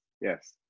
yes